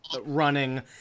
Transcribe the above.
running